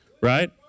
Right